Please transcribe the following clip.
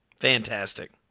Fantastic